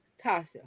Tasha